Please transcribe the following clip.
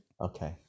Okay